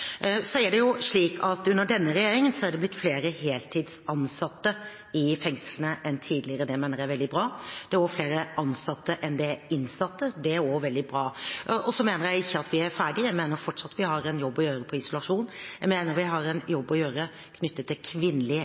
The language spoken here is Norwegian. Under denne regjeringen er det blitt flere heltidsansatte i fengslene enn tidligere, og det mener jeg er veldig bra. Det er også flere ansatte enn det er innsatte, og det er også veldig bra. Så mener jeg ikke at vi er ferdige. Jeg mener vi fortsatt har en jobb å gjøre når det gjelder isolasjon. Jeg mener vi har en jobb å gjøre knyttet til kvinnelige